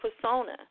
persona